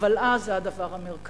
"אבל אז זה הדבר המרכזי".